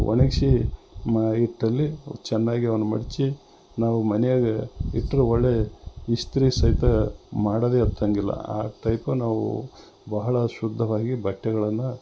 ಒಣಗಿಸಿ ಮ ಇಟ್ಟಲ್ಲಿ ಚೆನ್ನಾಗಿ ಅವನ್ನು ಮಡಿಚಿ ನಾವು ಮನೆಯಾಗೆ ಇಟ್ರೆ ಒಳ್ಳೆ ಇಸ್ತ್ರಿ ಸಹಿತ ಮಾಡೋದೆ ಎತ್ತಂಗಿಲ್ಲ ಆ ಟೈಪು ನಾವು ಬಹಳ ಶುದ್ಧವಾಗಿ ಬಟ್ಟೆಗಳನ್ನು